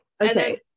Okay